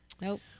Nope